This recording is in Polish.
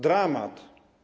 Dramat.